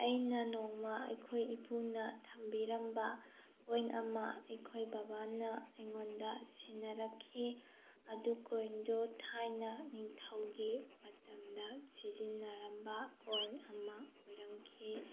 ꯑꯩꯅ ꯅꯣꯡꯃ ꯑꯩꯈꯣꯏ ꯏꯄꯨꯅ ꯊꯝꯕꯤꯔꯝꯕ ꯀꯣꯏꯟ ꯑꯃ ꯑꯩꯈꯣꯏ ꯕꯕꯥꯅ ꯑꯩꯉꯣꯟꯗ ꯁꯤꯟꯅꯔꯛꯈꯤ ꯑꯗꯨ ꯀꯣꯏꯟꯗꯣ ꯊꯥꯏꯅ ꯅꯤꯡꯊꯧꯒꯤ ꯃꯇꯝꯗ ꯁꯤꯖꯟꯅꯔꯝꯕ ꯀꯣꯏꯟ ꯑꯃ ꯑꯣꯏꯔꯝꯈꯤ